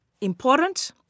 important